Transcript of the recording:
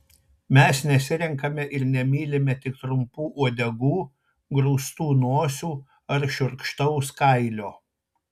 mes nesirenkame ir nemylime tik trumpų uodegų grūstų nosių ar šiurkštaus kailio